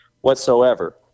whatsoever